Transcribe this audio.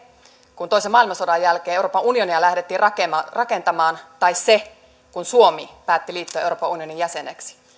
kun toisen maailmansodan jälkeen euroopan unionia lähdettiin rakentamaan rakentamaan tai se kun suomi päätti liittyä euroopan unionin jäseneksi